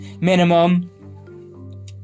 minimum